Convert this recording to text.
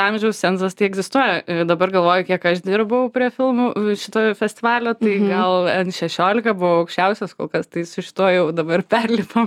amžiaus cenzas tai egzistuoja dabar galvoju kiek aš dirbau prie filmų šito festivalio tai gal en šešiolika buvo aukščiausias kol kas tai su šituo jau dabar perlipom